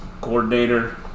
coordinator